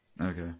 Okay